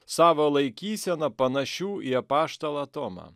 savo laikysena panašių į apaštalą tomą